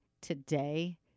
today